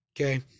Okay